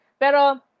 Pero